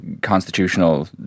constitutional